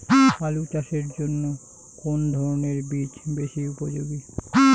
আলু চাষের জন্য কোন ধরণের বীজ বেশি উপযোগী?